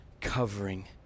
covering